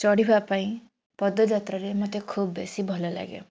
ଚଢ଼ିବା ପାଇଁ ପଦଯାତ୍ରାରେ ମୋତେ ଖୁବ୍ ବେଶୀ ଭଲଲାଗେ